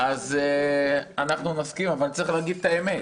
אנחנו מסכימים, אבל צריך להגיד את האמת.